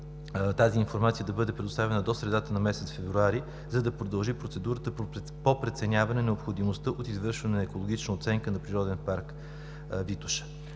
тази информация да бъде предоставена до средата на месец февруари, за да продължи процедурата по преценяване на необходимостта от извършване на екологична оценка на Природен парк „Витоша“.